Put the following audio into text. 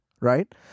right